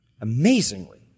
Amazingly